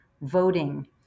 voting